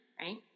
Right